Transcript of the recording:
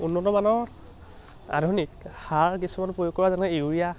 উন্নত মানৰ আধুনিক সাৰ কিছুমান প্ৰয়োগ কৰা যেনে ইউৰিয়া